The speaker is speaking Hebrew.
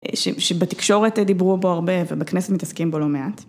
שבתקשורת דיברו בו הרבה ובכנסת מתעסקים בו לא מעט.